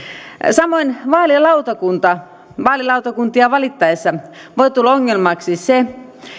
samoin vaalilautakuntia vaalilautakuntia valittaessa voi tulla ongelmaksi se